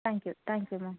thank you thank you ma'am